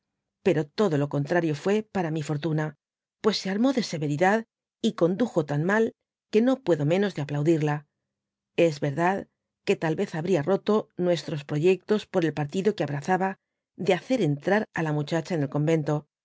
pero todo lo contrario fué para mí fortuna pues se armó de severidad y condujo tan mal que no puedo menos de aplaudirla es verdad que tal vez habría roto nuestros proyectos por el partido que abrazaba de hacer entrar á la muchacha en el convento